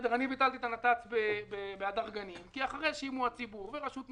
ביטלתי את הנת"צ בהדר גנים כי אחרי שימוע ציבור ופגישות עם